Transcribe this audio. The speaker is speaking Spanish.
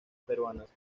peruanas